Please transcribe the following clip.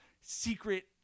secret